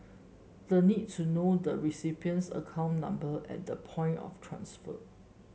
the need to know the recipient's account number at the point of transfer